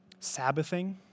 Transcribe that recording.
Sabbathing